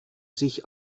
sich